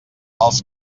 els